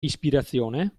ispirazione